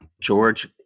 George